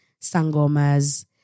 sangomas